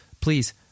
please